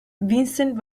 vincent